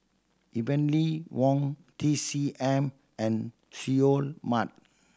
Heavenly Wang T C M and Seoul Mart